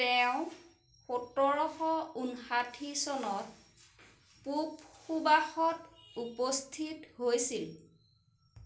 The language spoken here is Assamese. তেওঁ সোতৰশ ঊনাষাঠি চনত পূব সুবাহত উপস্থিত হৈছিল